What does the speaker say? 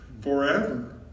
forever